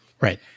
Right